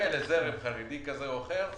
ולזרם חרדי כזה או אחר,